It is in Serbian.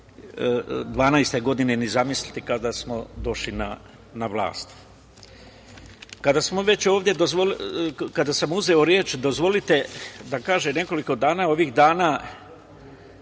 2012. godine ni zamisliti kada smo došli na vlast. Kada sam već uzeo reč, dozvolite da kažem nekoliko rečenica. Ovih dana